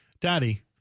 Daddy